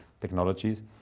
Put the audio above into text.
technologies